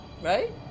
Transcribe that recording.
right